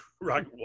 right